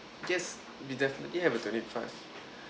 yes we definitely have a twenty five